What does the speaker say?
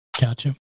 Gotcha